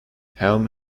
helm